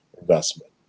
investment